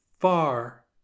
far